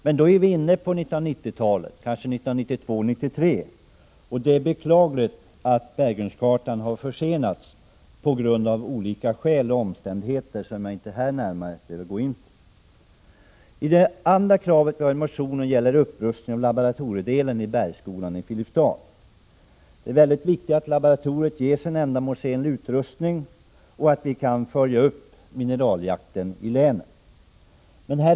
Men då är vi inne på 1990-talet, kanske 1992 eller 1993. Det är beklagligt att berggrundskartan har försenats på grund av olika omständigheter som jag inte här närmare behöver gå in på. Vad gäller upprustningen av laboratoriedelen i Bergsskolan i Filipstad är det mycket viktigt att laboratoriet ges en ändamålsenlig utrustning, så att mineraljakten i länet kan följas upp.